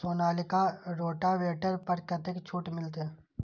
Sonalika rotavator पर कतेक छूट मिलते?